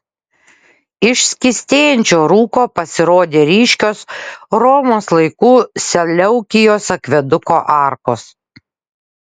iš skystėjančio rūko pasirodė ryškios romos laikų seleukijos akveduko arkos